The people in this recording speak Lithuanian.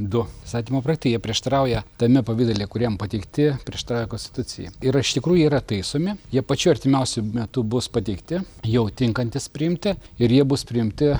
du įstatymo projektai jie prieštarauja tame pavidale kuriam pateikti prieštarauja konstitucijai ir iš tikrųjų jie yra taisomi jie pačiu artimiausiu metu bus pateikti jau tinkantys priimti ir jie bus priimti